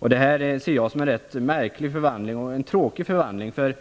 Jag ser detta som en rätt märklig och tråkig förvandling.